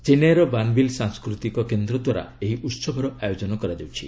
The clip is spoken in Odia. ଚେନ୍ନାଇର ବାନ୍ବିଲ୍ ସାଂସ୍କୃତିକ କେନ୍ଦ୍ରଦ୍ୱାରା ଏହି ଉହବର ଆୟୋଜନ କରାଯାଉଛି